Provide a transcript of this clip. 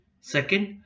Second